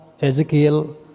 Ezekiel